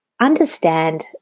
understand